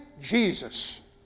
Jesus